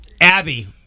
Abby